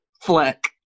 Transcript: Fleck